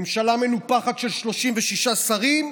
ממשלה מנופחת של 36 שרים?